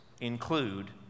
include